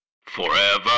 Forever